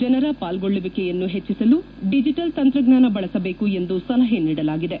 ಜನರ ಪಾಲ್ಗೊಳ್ಳುವಿಕೆಯನ್ನು ಹೆಚ್ಚಿಸಲು ಡಿಜಿಟಲ್ ತಂತ್ರಜ್ಞಾನ ಬಳಸಬೇಕು ಎಂದು ಸಲಹೆ ನೀಡಲಾಗಿದೆ